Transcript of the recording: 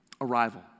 arrival